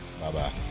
Bye-bye